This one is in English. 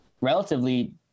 relatively